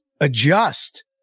adjust